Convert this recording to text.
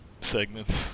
segments